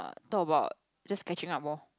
talk about just catching up lor